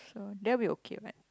sure that will be okay what